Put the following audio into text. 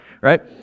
right